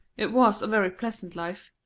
it was a very pleasant life,